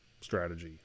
strategy